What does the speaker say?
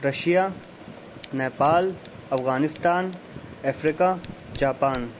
Russia Nepal Afghanistan Africa Japan